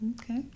Okay